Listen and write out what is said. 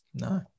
No